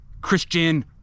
Christian